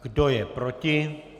Kdo je proti?